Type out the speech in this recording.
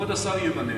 כבוד השר ימנה,